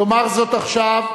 יאמר זאת עכשיו.